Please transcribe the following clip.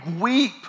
weep